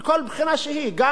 גם מבחינה סביבתית,